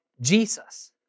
Jesus